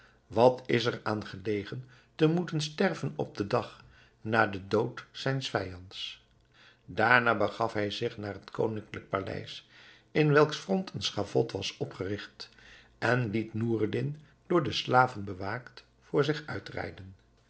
wat is er aan gelegen te moeten sterven den dag na den dood zijns vijands daarna begaf hij zich naar het koninklijk paleis in welks front een schavot was opgerigt en liet noureddin door slaven bewaakt voor zich uitrijden